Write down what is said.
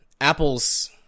Apple's